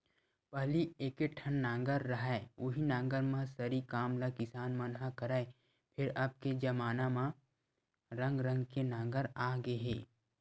पहिली एके ठन नांगर रहय उहीं नांगर म सरी काम ल किसान मन ह करय, फेर अब के जबाना म रंग रंग के नांगर आ गे हे